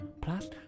plus